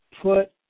put